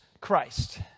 Christ